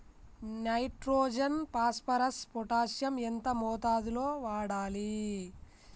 Nitrogen phosphorus potassium ఎంత మోతాదు లో వాడాలి?